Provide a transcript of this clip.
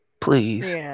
please